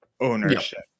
ownership